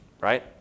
right